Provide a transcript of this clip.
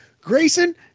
Grayson